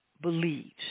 believes